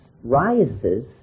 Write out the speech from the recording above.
rises